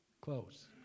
Close